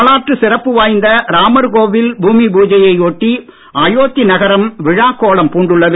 வரலாற்று சிறப்பு வாய்ந்த ராமர்கோவில் பூமி பூஜையை ஒட்டி அயோத்தி நகரம் விழாக்கோலம் பூண்டுள்ளது